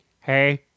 hey